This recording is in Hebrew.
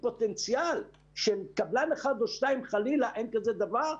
פוטנציאל שלקבלן אחד או שניים חלילה אין כזה דבר,